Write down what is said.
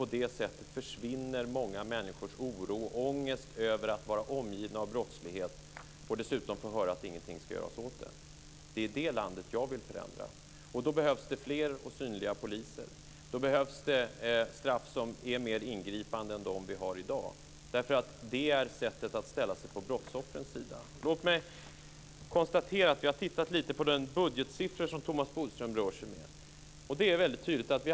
På det sättet försvinner många människors oro och ångest över att vara omgivna av brottslighet och dessutom få höra att ingenting ska göras åt det. Det är det landet jag vill förändra. Då behövs det fler och mer synliga poliser. Då behövs det straff som är mer ingripande än de vi har i dag. Det är ett sätt att ställa sig på brottsoffrens sida. Vi har tittat lite på de budgetsiffror som Thomas Bodström rör sig med.